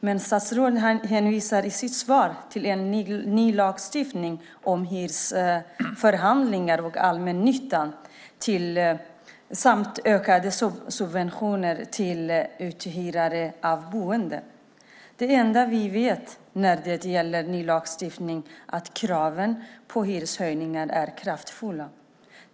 Men statsrådet hänvisar i sitt svar till en ny lagstiftning om hyresförhandlingar och allmännyttan samt ökade subventioner till uthyrare av bostäder. Det enda vi vet när det gäller ny lagstiftning är kraven på kraftfulla hyreshöjningar.